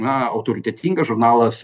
na autoritetingas žurnalas